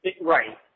right